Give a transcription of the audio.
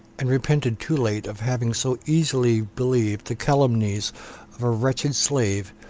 and repented too late of having so easily believed the calumnies of a wretched slave,